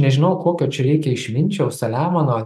nežinau kokio čia reikia išminčiaus saliamono